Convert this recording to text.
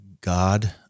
God